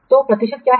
तो प्रतिशत क्या है